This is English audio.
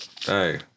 Hey